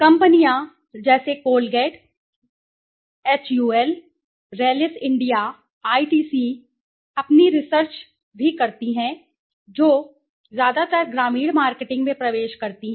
कंपनियाँ Colgate HUL Rallis India ITC जैसी अपनी रिसर्च भी करती हैं जो ज्यादातर ग्रामीण मार्केटिंग में प्रवेश करती हैं